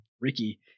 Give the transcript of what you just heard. Ricky